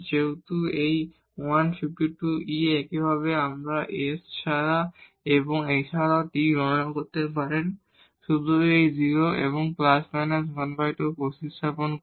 সুতরাং যে একটি 152e একইভাবে আমরা এখন এই s এবং এছাড়াও t গণনা করতে পারেন শুধু এই 0 এবং ± 12 প্রতিস্থাপন করে